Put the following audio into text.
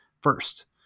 first